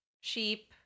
sheep